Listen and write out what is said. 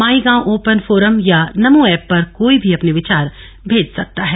माई Gov open forum या नमोऐप पर कोई भी अपने विचार भेज सकता है